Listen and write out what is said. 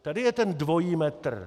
Tady je ten dvojí metr!